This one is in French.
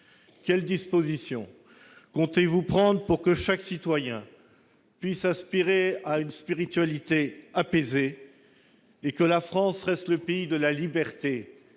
Quelles dispositions comptez-vous prendre pour que chaque citoyen puisse aspirer à une spiritualité apaisée et que la France reste le pays de la liberté,